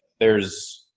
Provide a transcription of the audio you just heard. there's,